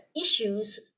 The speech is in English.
issues